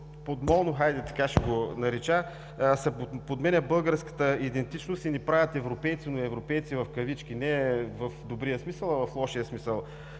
подмолно, хайде така ще го нарека, се подменя българската идентичност и ни правят „европейци“, но европейци в кавички, не в добрия смисъл, а в лошия смисъл